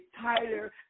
tighter